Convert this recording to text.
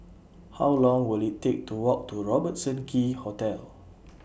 How Long Will IT Take to Walk to Robertson Quay Hotel